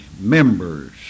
members